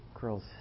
girls